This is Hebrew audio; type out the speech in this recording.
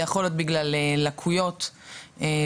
זה יכול להיות בגלל לקויות למידה,